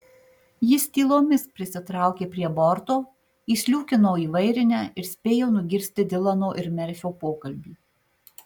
jis tylomis prisitraukė prie borto įsliūkino į vairinę ir spėjo nugirsti dilano ir merfio pokalbį